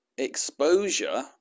exposure